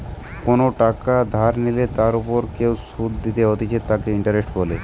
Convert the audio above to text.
কোনো টাকা ধার নিলে তার ওপর যে সুধ ফেরত দিতে হতিছে তাকে ইন্টারেস্ট বলে